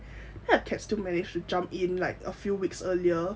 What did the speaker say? then the cat managed to jump in like a few weeks earlier